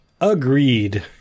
Agreed